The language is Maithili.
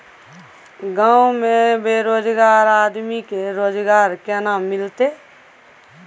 गांव में बेरोजगार आदमी के रोजगार केना मिलते?